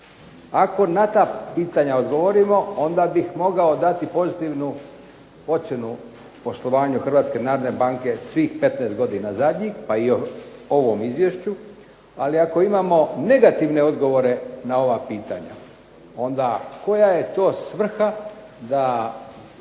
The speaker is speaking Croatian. Ako na ta pitanja odgovorimo onda bih mogao dati pozitivnu ocjenu poslovanju Hrvatske narodne banke svih 15 godina zadnjih, pa i ovom Izvješću, ali ako imamo negativne odgovore na ova pitanja onda koja je to svrha da